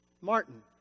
Martin